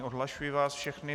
Odhlašuji vás všechny.